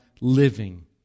living